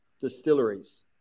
distilleries